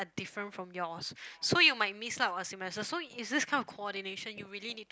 a different from yours so you might miss out a semester so it's this kind of coordination you really need to